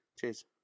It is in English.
cheers